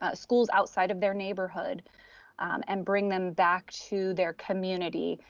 ah schools outside of their neighborhood and bring them back to their community.